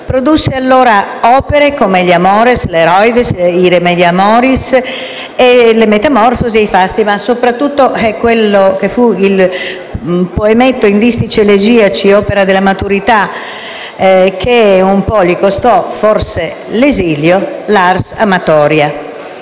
Produsse allora opere come gli Amores, le Heroides, i Remedia amoris, le Metamorfosi, i Fasti, ma soprattutto quello che fu il poemetto in distici elegiaci, opera della maturità che gli costò forse l'esilio: l'Ars amatoria.